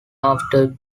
after